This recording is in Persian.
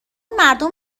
مردم